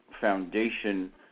foundation